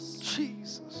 Jesus